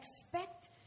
expect